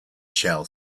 shall